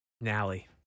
Nally